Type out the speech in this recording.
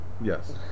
Yes